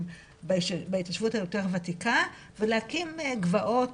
בהתיישבות היותר וותיקה ולהקים גבעות,